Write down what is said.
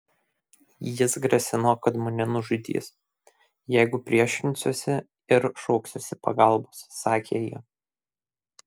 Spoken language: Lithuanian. jis grasino kad mane nužudys jeigu priešinsiuosi ir šauksiuosi pagalbos sakė ji